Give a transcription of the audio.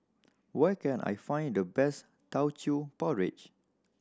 where can I find the best Teochew Porridge